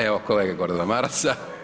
Evo kolege Gordana Marasa.